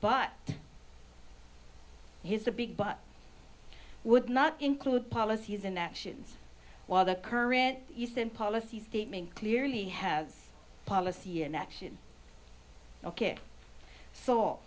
but here's the big but i would not include policies and actions while the current eastern policy statement clearly has policy and action ok so